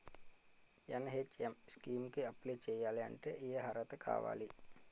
NHM scheme కి apply చేయాలి అంటే ఏ అర్హత కావాలి?